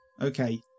Okay